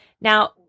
Now